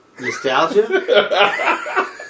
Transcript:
Nostalgia